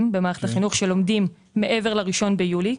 במערכת החינוך שלומדים מעבר ל-1 ביולי,